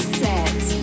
set